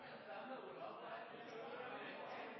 er læreren, og jeg er